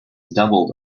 doubled